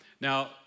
Now